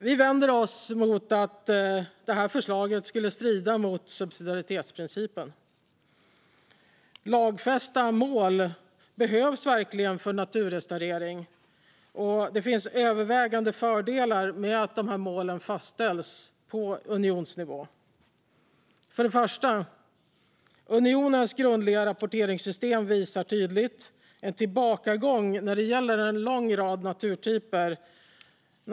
Vi vänder oss mot att förslaget skulle strida mot subsidiaritetsprincipen. Lagfästa mål behövs verkligen för naturrestaurering. Det finns övervägande fördelar med att de målen fastställs på unionsnivå. För det första: Unionens grundliga rapporteringssystem visar tydligt en tillbakagång när det gäller en lång rad naturtyper.